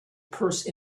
purse